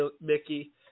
Mickey